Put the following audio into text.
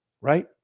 right